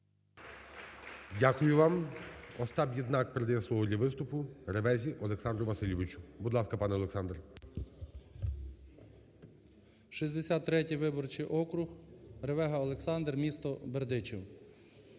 Дякую вам. Остап Єднак передає слово для виступу Ревезі Олександру Васильовичу. Будь ласка, пане Олександр. 13:00:45 РЕВЕГА О.В. 63-й виборчий округ, Ревега Олександр, місто Бердичів.